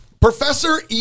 Professor